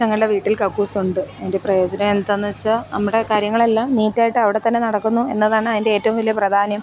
ഞങ്ങളുടെ വീട്ടിൽ കക്കൂസുണ്ട് അതിൻ്റെ പ്രയോജനം എന്താന്ന് വെച്ചാല് നമ്മുടെ കാര്യങ്ങളെല്ലാം നീറ്റായിട്ട് അവിടെത്തന്നെ നടക്കുന്നു എന്നതാണ് അതിൻ്റെ ഏറ്റവും വലിയ പ്രധാന്യം